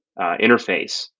interface